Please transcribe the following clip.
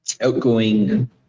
outgoing